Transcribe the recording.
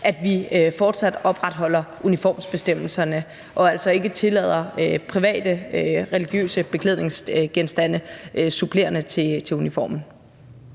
at vi fortsat opretholder uniformsbestemmelserne og altså ikke tillader private, religiøse beklædningsgenstande som supplement til uniformen.